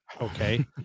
Okay